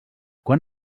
quan